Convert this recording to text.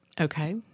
Okay